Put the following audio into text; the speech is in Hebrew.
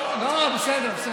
אני מוכן לשמוע.